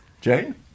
Jane